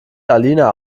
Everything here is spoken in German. alina